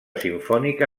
simfònica